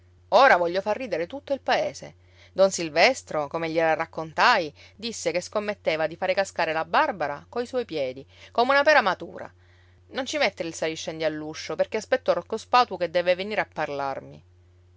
ora voglio far ridere tutto il paese don silvestro come gliela raccontai disse che scommetteva di fare cascare la barbara coi suoi piedi come una pera matura non ci mettere il saliscendi all'uscio perché aspetto rocco spatu che deve venire a parlarmi